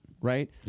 right